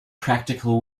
practical